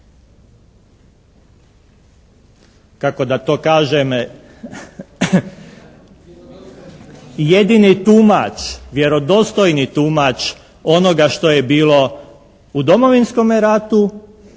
kako da to kažem, jedini tumač, vjerodostojni tumač onoga što je bilo u Domovinskome ratu